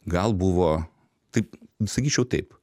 gal buvo taip nu sakyčiau taip